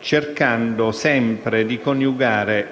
cercando sempre di coniugare